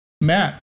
Matt